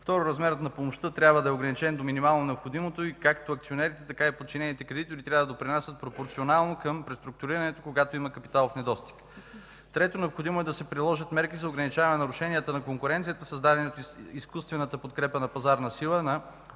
Второ, размерът на помощта трябва да е ограничен до минимално необходимото и както акционерите, така и подчинените кредитори трябва да допринасят пропорционално към преструктурирането, когато има капиталов недостиг. Трето, необходимо е да се приложат мерки за ограничаване на нарушенията на конкуренцията, създадени в изкуствената подкрепа на пазарна сила на